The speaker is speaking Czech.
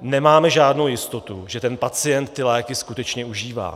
nemáme žádnou jistotu, že pacient ty léky skutečně užívá.